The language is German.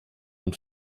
und